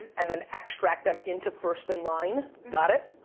and then extract them into first in line. got it?